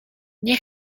nie